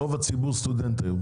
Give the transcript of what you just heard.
רוב הציבור היום סטודנט,